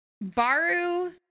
Baru